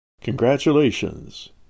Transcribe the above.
Congratulations